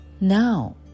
now